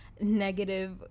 negative